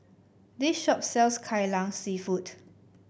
this shop sells Kai Lan seafood